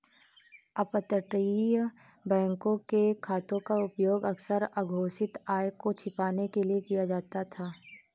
अपतटीय बैंकों के खातों का उपयोग अक्सर अघोषित आय को छिपाने के लिए किया जाता था